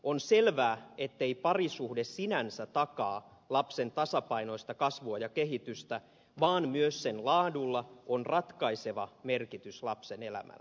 on selvää ettei parisuhde sinänsä takaa lapsen tasapainoista kasvua ja kehitystä vaan myös sen laadulla on ratkaiseva merkitys lapsen elämälle